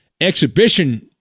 exhibition